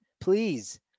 please